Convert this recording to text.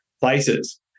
places